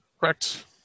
Correct